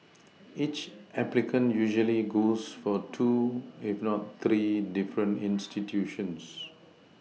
each applicant usually goes for two if not three different institutions